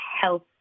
health